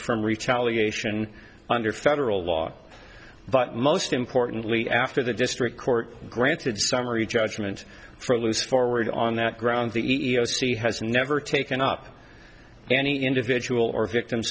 from retaliation under federal law but most importantly after the district court granted summary judgment for a loose forward on that ground the e e o c has never taken up any individual or victim